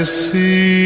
see